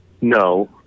No